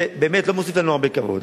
זה באמת לא מוסיף לנו הרבה כבוד.